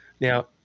Now